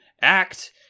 act